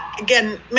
again